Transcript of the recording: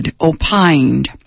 opined